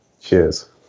Cheers